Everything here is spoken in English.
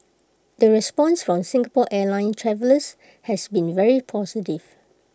the response from Singapore airlines travellers has been very positive